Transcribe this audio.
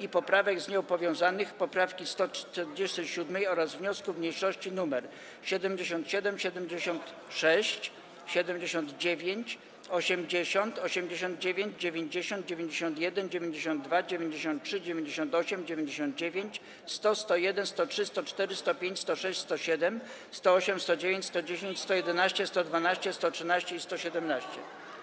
i poprawek z nią powiązanych, poprawki 147. oraz wniosków mniejszości nr 77, 76, 79, 80, 89, 90, 91, 92, 93, 98, 99, 100, 101, 103, 104, 105, 106, 107, 108, 109, 110, 111, 112, 113 i 117.